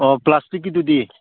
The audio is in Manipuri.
ꯑꯣ ꯄ꯭ꯂꯥꯁꯇꯤꯛꯀꯤꯗꯨꯗꯤ